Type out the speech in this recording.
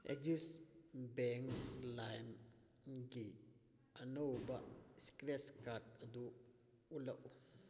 Axis bank Lime ꯒꯤ ꯑꯅꯧꯕ scratch card ꯑꯗꯨ ꯎꯠꯂꯛꯎ